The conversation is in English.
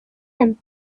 them